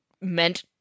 meant